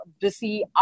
busy